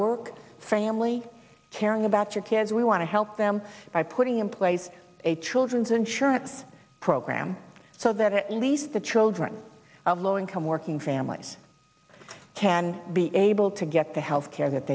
work family caring about your kids we want to help them by putting in place a children's insurance program so that at least the children of low income working families can be able to get the health care that